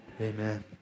amen